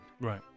Right